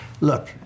Look